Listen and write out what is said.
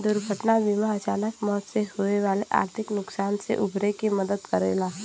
दुर्घटना बीमा अचानक मौत से होये वाले आर्थिक नुकसान से उबरे में मदद करला